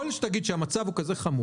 יכול להיות שתגיד שהמצב כזה חמור,